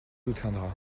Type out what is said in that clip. soutiendra